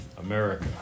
America